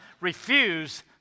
Refuse